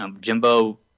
Jimbo